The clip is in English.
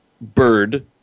Bird